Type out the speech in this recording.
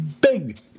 big